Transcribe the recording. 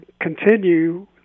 continue